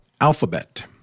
Alphabet